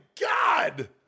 God